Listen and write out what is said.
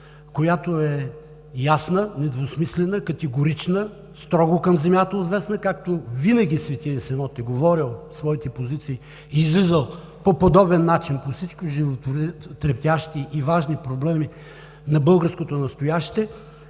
която е ясна, недвусмислена, категорична, строго към земята отвесна, както винаги е говорил своите позиции и е излизал по подобен начин по всичко живо – по трептящите и важни проблеми на българското настояще,